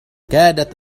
كادت